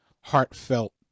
heartfelt